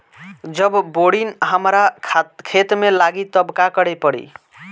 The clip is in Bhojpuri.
जब बोडिन हमारा खेत मे लागी तब का करे परी?